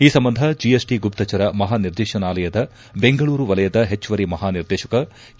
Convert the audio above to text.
ಈ ಸಂಬಂಧ ಜಿಎಸ್ಟ ಗುಪ್ತಚರ ಮಹಾನಿರ್ದೇಶನಾಲಯದ ಬೆಂಗಳೂರು ವಲಯದ ಹೆಚ್ಚುವರಿ ಮಹಾನಿರ್ದೇಶಕ ಕೆ